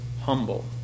humble